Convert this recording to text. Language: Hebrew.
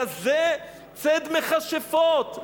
כזה ציד מכשפות,